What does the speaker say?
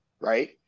right